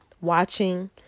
watching